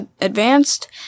advanced